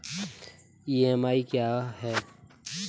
EMI क्या है?